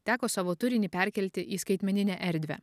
teko savo turinį perkelti į skaitmeninę erdvę